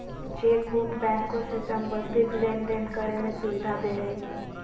chequebook बैंको से संबंधित लेनदेन करे में सुविधा देय हइ